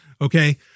Okay